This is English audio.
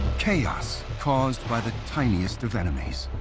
chaos caused by the tiniest of enemies,